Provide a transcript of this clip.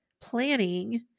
planning